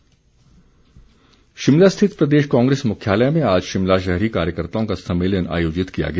कांग्रेस शिमला स्थित प्रदेश कांग्रेस मुख्यालय में आज शिमला शहरी कार्यकर्ताओं का सम्मेलन आयोजित किया गया